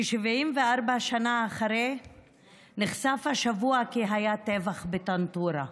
כ-74 שנה אחרי נחשף השבוע כי היה טבח בטנטורה.